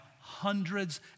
hundreds